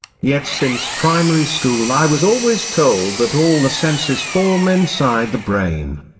yet since primary school i was always told that all the senses form inside the brain.